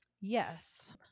Yes